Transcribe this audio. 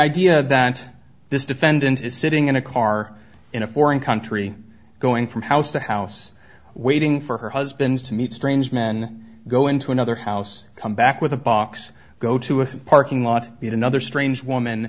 idea that this defendant is sitting in a car in a foreign country going from house to house waiting for her husband to meet strange men go into another house come back with a box go to a parking lot yet another strange woman